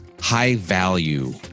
high-value